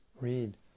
read